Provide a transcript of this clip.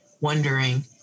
wondering